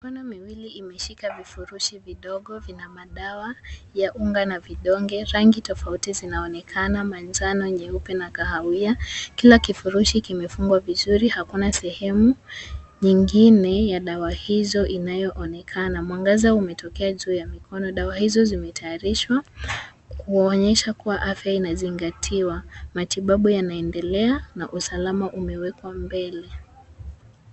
Mikono miwili imeshika vifurushi vidogo vinamadawa ya unga na vidonge. Rangi tofauti zinaonekana, manjano nyeupe na kahawia. Kila kifurushi kimefungwa vizuri, hakuna sehemu nyingine ya dawa hizo inayoonekana. Mwangaza umetokea juu ya mikono, dawa hizo zimetayarishwa kuonyesha kuwa afya inazingatiwa. Matibabu yanaendelea, na usalama umewekwa mbele.